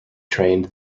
trained